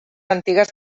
antigues